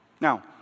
Now